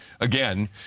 again